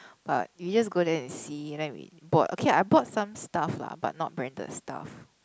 but you just go there and see then we brought okay I brought some stuff lah but not branded stuff